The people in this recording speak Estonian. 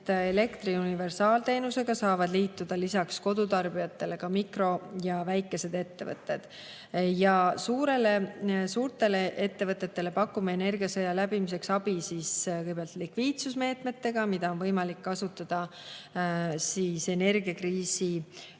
elektri universaalteenusega saavad liituda lisaks kodutarbijatele ka mikro‑ ja väikesed ettevõtted. Suurtele ettevõtetele pakume energiasõja läbimiseks abi kõigepealt likviidsusmeetmetega, mida on võimalik kasutada energiakriisi